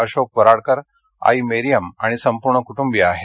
अशोक वराडकर आई मेरिअम आणि संपूर्ण कुटुंबीय आहेत